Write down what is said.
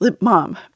Mom